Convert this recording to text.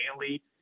daily